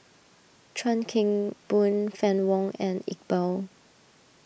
Chuan Keng Boon Fann Wong and Iqbal